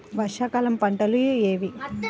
వర్షాకాలం పంటలు ఏవి?